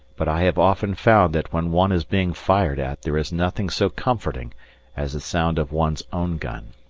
but i have often found that when one is being fired at there is nothing so comforting as the sound of one's own gun.